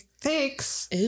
thanks